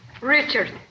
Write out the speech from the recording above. Richard